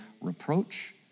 reproach